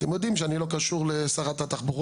אתם יודעים שאני לא קשור לשרת התחבורה